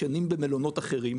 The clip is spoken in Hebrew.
ישנים במלונות אחרים,